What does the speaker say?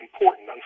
important